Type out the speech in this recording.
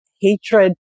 hatred